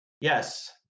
Yes